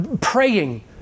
praying